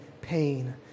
pain